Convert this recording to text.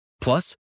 Plus